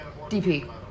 DP